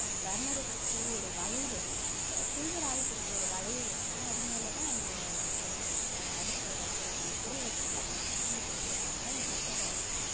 பர்னரை சுற்றி ஒரு வளைவு சில்வரால் கொடுத்த ஒரு வளைவு வச்சு அது மேலே தான் அந்த ஓ அடுப்பு வைக்கிறது அந்த பொருள் வைக்கிறதுக்கான ஸ்டாண்டு கொடுத்துருப்பாங்க மற்ற ப்ராடக்ட்ல